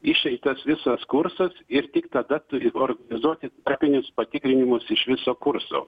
išeitas visas kursas ir tik tada turi organizuoti tarpinius patikrinimus iš viso kurso